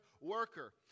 worker